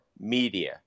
media